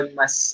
mas